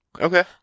Okay